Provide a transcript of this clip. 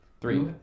Three